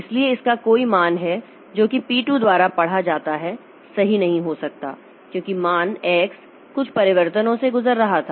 इसलिए इसका कोई मान है जो कि पी 2 द्वारा पढ़ा जाता है सही नहीं हो सकता है क्योंकि मान x कुछ परिवर्तनों से गुजर रहा था